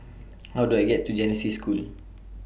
How Do I get to Genesis School